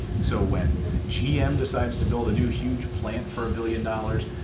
so when gm decides to build a new huge plant for a billion dollars,